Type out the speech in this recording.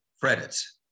credits